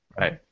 Right